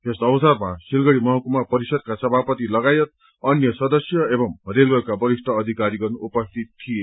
यस अवसरमा सिलगढ़ी महकुमा परिषदका सभापति लगायत अन्य सदस्य एवं रेलवेका वरिष्ठ अधिकारीगण उपस्थित थिए